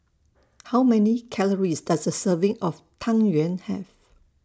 How Many Calories Does A Serving of Tang Yuen Have